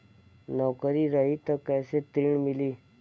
नौकरी रही त कैसे ऋण मिली?